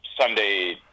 Sunday